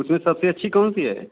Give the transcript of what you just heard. उसमें सबसे अच्छी कौन सी है